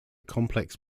complex